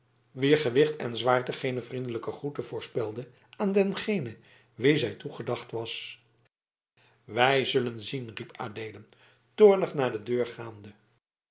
wier gewicht en zwaarte geene vriendelijke groete voorspelde aan dengene wien zij toegedacht was wij zullen zien riep adeelen toornig naar de deur gaande